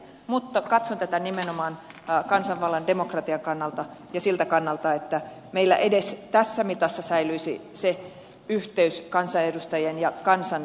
mutta katson tätä nimenomaan kansanvallan demokratian kannalta ja siltä kannalta että meillä edes tässä mitassa säilyisi se yhteys kansanedustajien ja kansan välillä